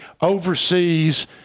overseas